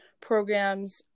programs